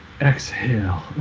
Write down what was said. exhale